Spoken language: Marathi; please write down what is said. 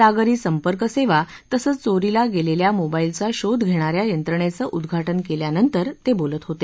सागरी संपर्क सेवा तसंच चोरीला गेलेल्या मोबाईलचा शोध घेणाऱ्या यंत्रणेचं उद्घाटन केल्यानंतर ते बोलत होते